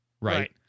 right